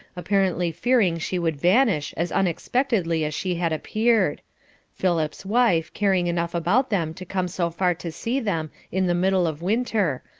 apparently fearing she would vanish as unexpectedly as she had appeared philip's wife caring enough about them to come so far to see them in the middle of winter,